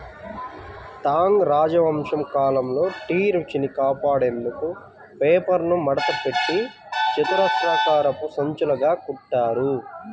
Tang రాజవంశం కాలంలో tea రుచిని కాపాడేందుకు పేపర్ను మడతపెట్టి చతురస్రాకారపు సంచులుగా కుట్టారు